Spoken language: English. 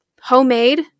homemade